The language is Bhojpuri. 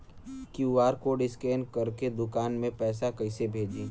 क्यू.आर कोड स्कैन करके दुकान में पैसा कइसे भेजी?